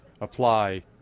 apply